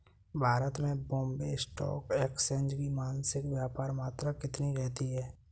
भारत में Bombay stock exchange की मासिक व्यापार मात्रा कितनी रहती है?